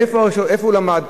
איפה הוא למד,